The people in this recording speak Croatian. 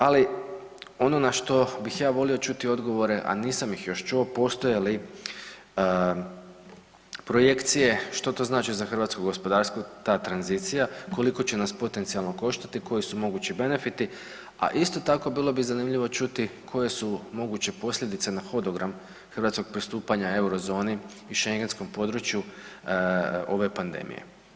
Ali ono na što bih ja volio čuti odgovore, a nisam ih još čuo postoje li projekcije što to znači za hrvatsko gospodarstvo ta tranzicija, koliko će nas potencijalno koštati, koji su mogući benefiti, a isto tako bilo bi zanimljivo čuti koje su moguće posljedice na hodogram hrvatskog pristupanja euro zoni i Schengenskom području ove pandemije.